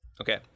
Okay